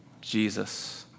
Jesus